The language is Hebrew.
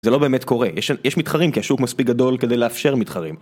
זה לא באמת קורה, יש מתחרים כי השוק מספיק גדול כדי לאפשר מתחרים.